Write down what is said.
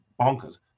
bonkers